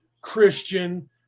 Christian